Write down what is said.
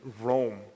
Rome